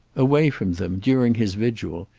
away from them, during his vigil,